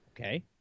okay